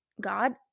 God